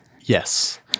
Yes